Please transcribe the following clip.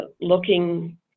looking